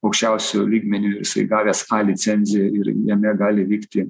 aukščiausiu lygmeniu jisai gavęs licenziją ir jame gali vykti